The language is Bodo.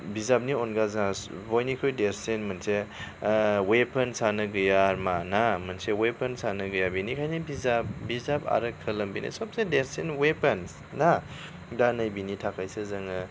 बिजाबनि अनगा जोंहा बयनिख्रुइ देरसिन मोनसे वेपन्सानो गैया आरमा ना मोनसे वेपन्सानो गैया बेनिखायनो बिजाब बिजाब आरो खलम बेनो सबसे देरसिन वेपोन्स ना दा नैबेनि थाखायसो जोङो